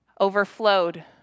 overflowed